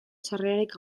sarrerarik